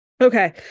Okay